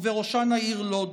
ובראשן העיר לוד.